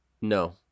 No